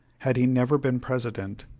had he never been president,